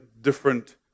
different